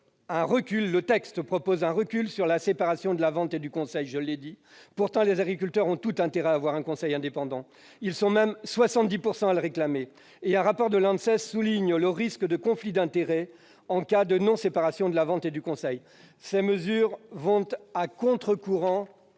Le texte est également en recul concernant la séparation de la vente et du conseil. Pourtant, les agriculteurs ont tout intérêt à avoir un conseil indépendant. Ils sont même 70 % à le réclamer. Un rapport de l'ANSES souligne un risque de conflit d'intérêts en cas de non-séparation de la vente et du conseil. Ces mesures vont à contre-courant